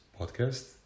podcast